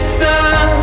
sun